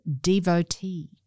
devotee